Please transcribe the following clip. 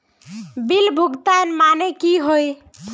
Bill भुगतान माने की होय?